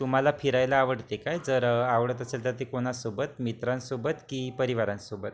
तुम्हाला फिरायला आवडते काय जर आवडत असेल तर ते कोणासोबत मित्रांसोबत की परिवारांसोबत